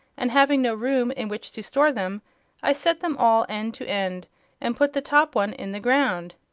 and having no room in which to store them i set them all end to end and put the top one in the ground.